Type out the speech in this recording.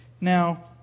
Now